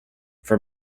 for